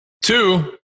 Two